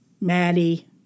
Maddie